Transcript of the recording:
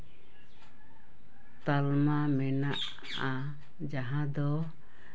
ᱛᱟᱞᱢᱟ ᱢᱮᱱᱟᱜᱼᱟ ᱡᱟᱦᱟᱸ ᱫᱚ